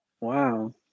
Wow